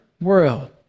world